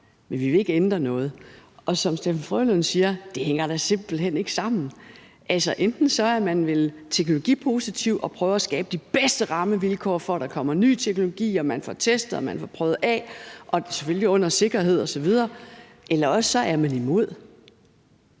men vi vil ikke ændre noget. Som Steffen W. Frølund siger, hænger det da simpelt hen ikke sammen. Altså, enten er man vel teknologipositiv og prøver at skabe de bedste rammevilkår for, at der kommer ny teknologi, hvor man får testet og får prøvet det af, selvfølgelig i sikre rammer osv., eller også er man imod.